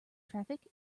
traffic